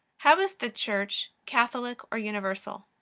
how is the church catholic or universal?